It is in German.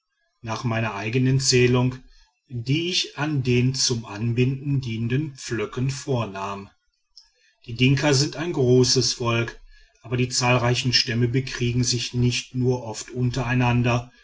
nach meiner eigenen zählung die ich an den zum anbinden dienenden pflöcken vornahm die dinka sind ein großes volk aber die zahlreichen stämme bekriegen sich nicht nur oft untereinander